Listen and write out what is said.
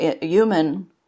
human